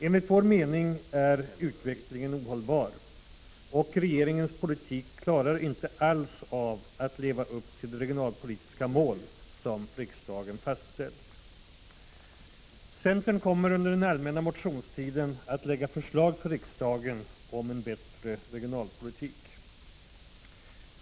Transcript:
Enligt vår mening är detta ohållbart, och regeringens politik klarar inte alls av att leva upp till de regionalpolitiska mål som riksdagen fastställt. Centern kommer under den allmänna motionstiden att lägga förslag för riksdagen om en bättre regionalpolitik.